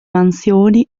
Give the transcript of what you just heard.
mansioni